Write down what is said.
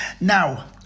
Now